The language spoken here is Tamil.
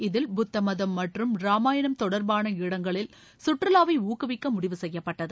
இதில் புத்த மதம் மற்றும் ராமாயணம் தொடர்பான இடங்களில் சுற்றுலாவை ஊக்குவிக்க முடிவு செய்யப்பட்டது